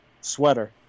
sweater